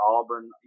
Auburn